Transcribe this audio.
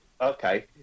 okay